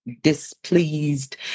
displeased